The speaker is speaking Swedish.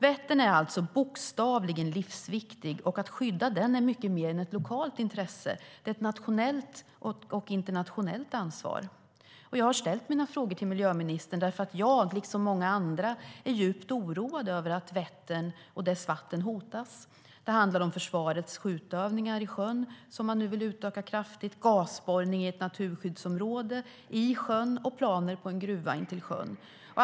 Vättern är alltså bokstavligen livsviktig, och att skydda den är mycket mer än ett lokalt intresse. Det är ett nationellt och internationellt ansvar. Jag har ställt mina frågor till miljöministern för att jag, liksom många andra, är djupt oroad över att Vättern och dess vatten hotas. Det handlar om försvarets skjutövningar i sjön, som man nu vill utöka kraftigt, gasborrning i ett naturskyddsområde i sjön och planer på en gruva intill sjön.